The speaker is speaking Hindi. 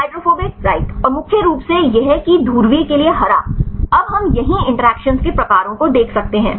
हाइड्रोफोबिक राइट और मुख्य रूप से यह कि ध्रुवीय के लिए हरा अब हम यहीं इंट्रक्शंनस के प्रकारों को देख सकते हैं